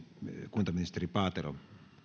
kuntaministeri paatero